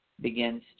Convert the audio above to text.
begins